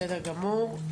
בסדר גמור.